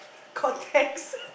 contacts